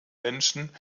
menschen